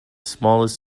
smallest